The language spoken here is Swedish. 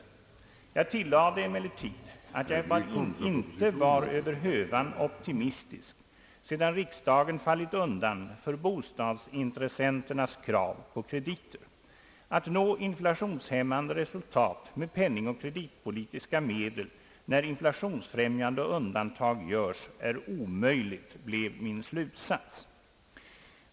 Jag tillade emellertid att jag inte var över hövan optimistisk sedan riksdagen fallit undan för bostadsintressenternas krav på krediter. Att nå inflationsbekämpande resultat med penningoch kreditpolitiska medel, när inflationsfrämjande undantag görs, är omöjligt, blev min slutsats.